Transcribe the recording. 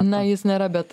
na jis nėra bet